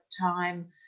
time